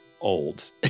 old